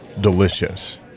delicious